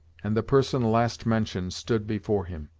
and the person last mentioned stood before him.